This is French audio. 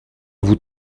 vous